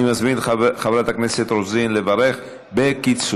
אני מזמין את חברת הכנסת רוזין לברך בקיצור.